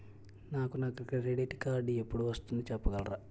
నాకు నా credit card ఎపుడు వస్తుంది చెప్పగలరా?